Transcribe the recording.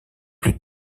plus